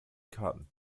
karten